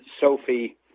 Sophie